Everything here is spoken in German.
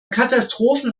katastrophen